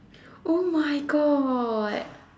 oh my god